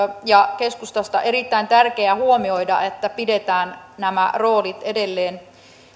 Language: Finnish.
ja keskustasta erittäin tärkeää huomioida että pidetään nämä roolit edelleen